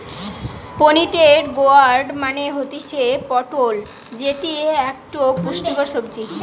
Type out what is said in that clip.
pointed gourd মানে হতিছে পটল যেটি একটো পুষ্টিকর সবজি